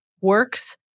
works